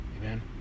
amen